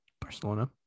Barcelona